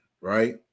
right